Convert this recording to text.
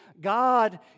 God